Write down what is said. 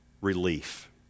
relief